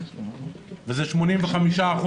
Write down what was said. שזה 85%